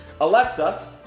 Alexa